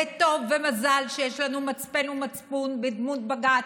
וטוב ומזל שיש לנו מצפן ומצפון בדמות בג"ץ,